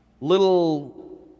little